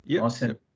awesome